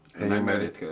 and i married her.